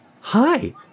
hi